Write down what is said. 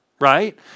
right